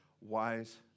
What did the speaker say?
wise